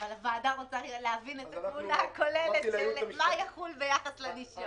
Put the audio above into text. אבל הוועדה רוצה להבין את התמונה הכוללת מה יחול ביחס לנישום.